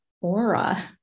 aura